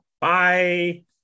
bye